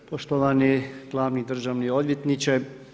Poštovani glavni državni odvjetniče.